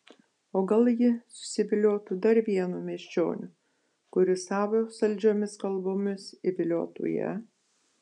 o gal ji susiviliotų dar vienu miesčioniu kuris savo saldžiomis kalbomis įviliotų ją